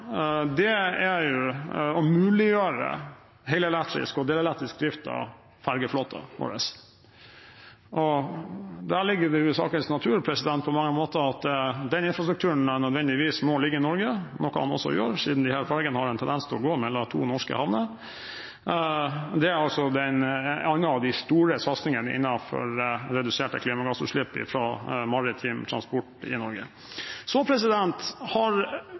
mange måter at den infrastrukturen nødvendigvis må ligge i Norge, noe den også gjør siden disse fergene har en tendens til å gå mellom to norske havner. Det er en annen av de store satsingene for å redusere klimagassutslipp fra maritim transport i Norge. Så skal denne regjeringen før jul framforhandle en ny avtale med Enova. Jeg er veldig glad for at det har